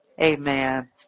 amen